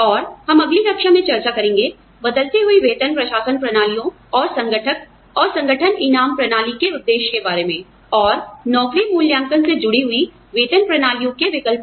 और हम अगली कक्षा में चर्चा करेंगे बदलती हुई वेतन प्रशासन प्रणालियों और संघटक और संगठन इनाम प्रणाली के उद्देश्य के बारे में और नौकरी मूल्यांकन से जुड़ी हुई वेतन प्रणालियों के विकल्प पर